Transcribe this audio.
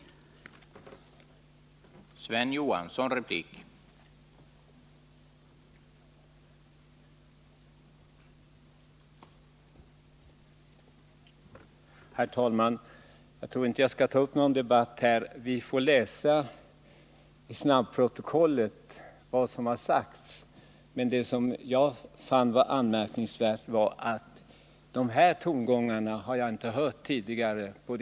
Torsdagen den